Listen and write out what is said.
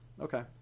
Okay